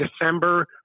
December